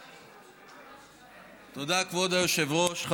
תודה, כבוד היושב-ראש.